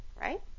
right